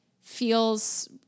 feels